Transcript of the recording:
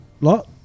Lot